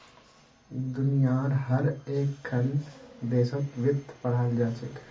दुनियार हर एकखन देशत वित्त पढ़ाल जा छेक